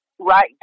Right